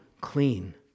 clean